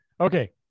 Okay